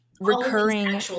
recurring